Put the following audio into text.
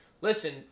Listen